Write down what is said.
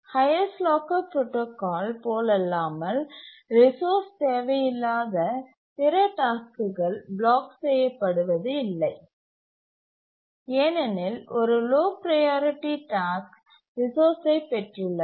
highest locker protocol போலல்லாமல் resource தேவையில்லாத பிற டாஸ்க்குகள் பிளாக் செய்யப்படுவது இல்லை ஏனெனில் ஒரு லோ ப்ரையாரிட்டி டாஸ்க் ரிசோர்ஸ்சை பெற்றுள்ளது